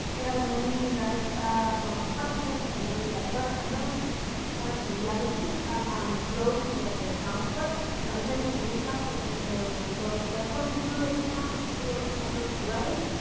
they have really nice amount of questions and very diverse and very kind of realistic and and close to what the exams were at the same with with labs and think they were very close deckload guru exam. it was not that great.